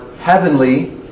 heavenly